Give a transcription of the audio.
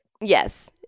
Yes